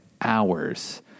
hours